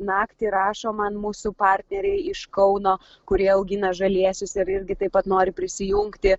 naktį rašo man mūsų partneriai iš kauno kurie augina žalėsius ir irgi taip pat nori prisijungti